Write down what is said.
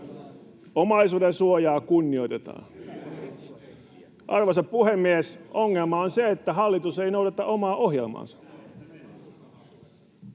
”Omaisuuden suojaa kunnioitetaan.” Arvoisa puhemies! Ongelma on se, että hallitus ei noudata omaa ohjelmaansa.